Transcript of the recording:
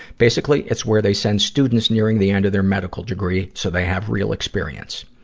basically, it's where they send students nearing the end of their medical degree so they have real experience.